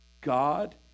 God